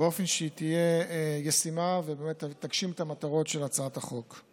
באופן שתהיה ישימה ותגשים את המטרות של הצעת החוק.